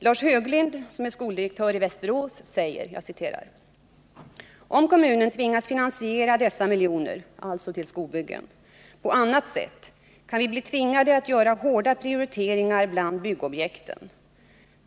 Lars Höglind, som är skoldirektör i Västerås, säger: ”Om kommunen tvingas finansiera dessa miljoner på annat sätt kan vi bli tvingade att göra hårda prioriteringar bland byggobjekten.